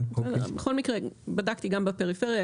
בדקתי גם בפריפריה,